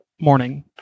morning